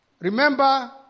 Remember